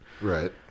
right